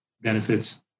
benefits